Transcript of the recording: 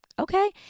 Okay